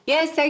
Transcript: Yes